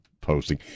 posting